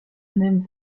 même